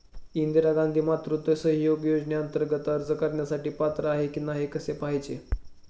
इंदिरा गांधी मातृत्व सहयोग योजनेअंतर्गत अर्ज करण्यासाठी पात्र आहे की नाही हे कसे पाहायचे?